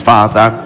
Father